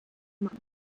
machen